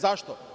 Zašto?